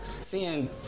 seeing